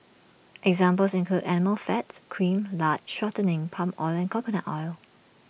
examples include animal fat cream lard shortening palm oil and coconut oil